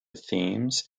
themes